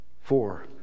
Four